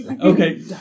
Okay